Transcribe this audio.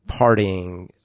partying